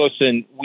listen